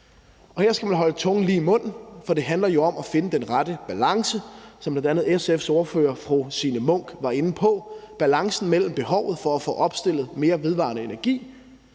Her skal man holde tungen lige i munden, for det handler jo om at finde den rette balance, som bl.a. SF's ordfører, fru Signe Munk, var inde på, mellem behovet for at få opstillet flere vedvarende energi-anlæg